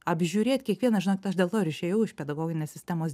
apžiūrėt kiekvieną žinot aš dėl to ir išėjau iš pedagoginės sistemos